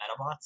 Metabots